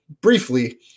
briefly